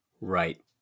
Right